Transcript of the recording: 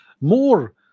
More